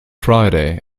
friday